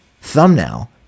thumbnail